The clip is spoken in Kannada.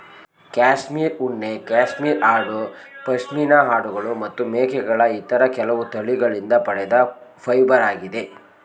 ಕ್ಯಾಶ್ಮೀರ್ ಉಣ್ಣೆ ಕ್ಯಾಶ್ಮೀರ್ ಆಡು ಪಶ್ಮಿನಾ ಆಡುಗಳು ಮತ್ತು ಮೇಕೆಗಳ ಇತರ ಕೆಲವು ತಳಿಗಳಿಂದ ಪಡೆದ ಫೈಬರಾಗಿದೆ